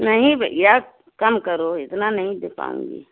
नहीं भैया कम करो इतना नहीं दे पाऊँगी